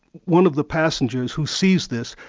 one of the passengers who sees this,